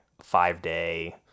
five-day